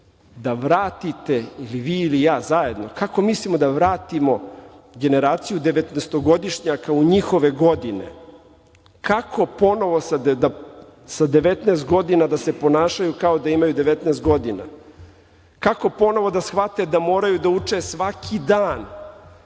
da vratite vi ili ja zajedno, kako mislimo da vratimo generaciju devetnaestogodišnjaka u njihove godine, kako ponovo sa 19 godina da se ponašaju kao da imaju 19 godina, kako ponovo da shvate da moraju da uče svaki dan,